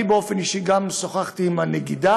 אני באופן אישי גם שוחחתי עם הנגידה,